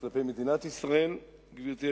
כלפי מדינת ישראל, גברתי היושבת-ראש,